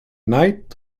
night